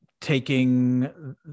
taking